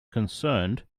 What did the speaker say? concerned